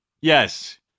Yes